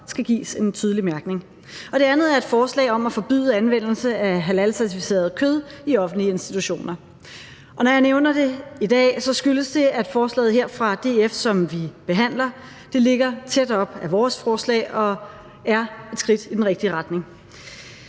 skal gives en tydelig mærkning. Det andet er et forslag om at forbyde anvendelse af halalcertificeret kød i offentlige institutioner. Når jeg nævner det i dag, skyldes det, at forslaget her fra DF, som vi behandler, ligger tæt op ad vores forslag og er et skridt i den rigtige retning.